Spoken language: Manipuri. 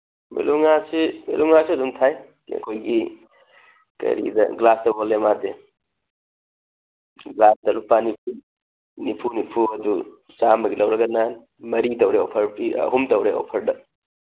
ꯕꯦꯂꯣꯡ ꯉꯥꯁꯤ ꯕꯦꯂꯣꯡ ꯉꯥꯁꯤ ꯑꯗꯨꯝ ꯊꯥꯏ ꯑꯩꯈꯣꯏꯒꯤ ꯀꯔꯤꯗ ꯒ꯭ꯂꯥꯁꯇ ꯑꯣꯜꯂꯦ ꯃꯥꯗꯤ ꯒ꯭ꯂꯥꯁꯇ ꯂꯨꯄꯥ ꯅꯤꯐꯨ ꯅꯤꯐꯨ ꯅꯤꯐꯨ ꯑꯗꯨ ꯆꯥꯝꯃꯒꯤ ꯂꯧꯔꯒꯅ ꯃꯔꯤ ꯇꯧꯔꯦ ꯑꯣꯐꯔ ꯑꯍꯨꯝ ꯇꯧꯔꯦ ꯑꯣꯐꯔꯗ